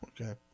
okay